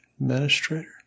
administrator